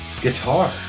guitar